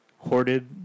hoarded